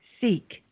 seek